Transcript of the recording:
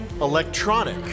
Electronic